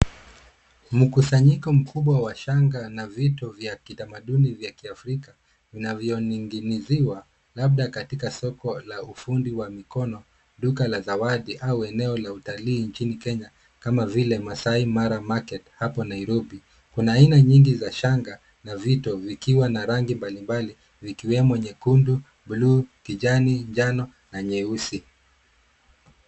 Mkusanyiko mkubwa wa shanga na vitu vya kitamaduni vya Kiafrika vinavyoning'iniziwa labda katika soko la ufundi wa mikono, duka la zawadi au eneo la utalii nchini Kenya kama vile Maasai Mara Market hapo Nairobi. Kuna aina nyingi za shanga na vito vikiwa na rangi mbali mbali vikiwemo nyekundu, bluu, kijani, njano na nyeusi.